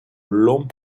long